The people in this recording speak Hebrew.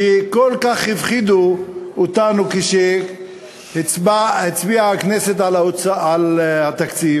שכל כך הפחידו אותנו כשהצביעה הכנסת על התקציב,